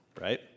right